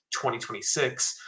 2026